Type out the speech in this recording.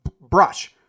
brush